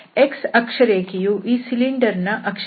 x ಅಕ್ಷರೇಖೆಯು ಈ cylinder ನ ಅಕ್ಷರೇಖೆ